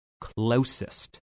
closest